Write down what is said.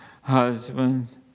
Husbands